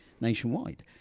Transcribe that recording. nationwide